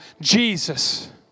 Jesus